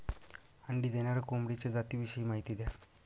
अंडी देणाऱ्या कोंबडीच्या जातिविषयी माहिती द्या